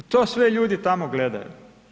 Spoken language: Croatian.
I to sve ljudi tamo gledaju.